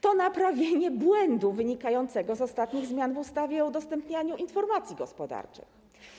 To naprawienie błędu wynikającego z ostatnich zmian w ustawie o udostępnianiu informacji gospodarczych.